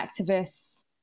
activists